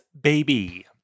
baby